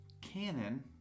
canon